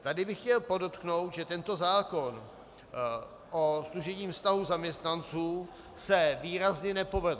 Tady bych chtěl podotknout, že tento zákon o služebním vztahu zaměstnanců se výrazně nepovedl.